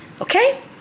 okay